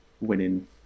winning